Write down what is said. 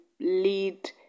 lead